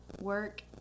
work